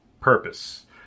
purpose